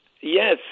yes